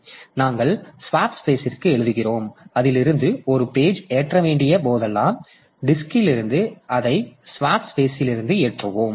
எனவே நாங்கள் ஸ்வாப் ஸ்பேஸ்ற்கு எழுதுகிறோம் அதிலிருந்து ஒரு பேஜ் ஏற்ற வேண்டிய போதெல்லாம் டிஸ்க்ல் இருந்து அதை ஸ்வாப் ஸ்பேஸ்லிருந்து ஏற்றுவோம்